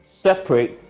separate